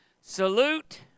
salute